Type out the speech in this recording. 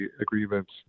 agreements